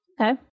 Okay